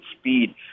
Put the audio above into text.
speed